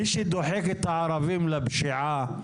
מי שדוחק את הערבים לפשיעה,